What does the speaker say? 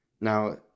now